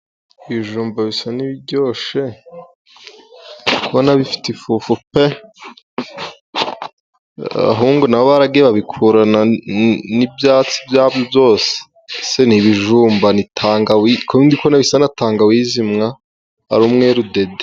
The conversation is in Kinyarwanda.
Ibijumba bisa nibiryoshye, ndi kubona bifite ifufu pe! Abahungu nabo baragiye babikurana n'ibyatsi, bya byose. Ese ni ibijumba? Ni tangawizi? Ko ndi kubona bisa na tangawizi mwa ! Ari umweru dede.